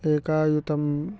एकायुतं